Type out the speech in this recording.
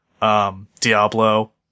Diablo